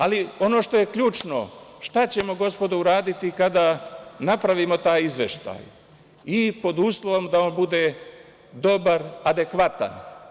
Ali, ono što je ključno, šta ćemo, gospodo, uraditi kada napravimo taj izveštaj i pod uslovom da on bude dobar, adekvatan?